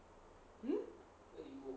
hmm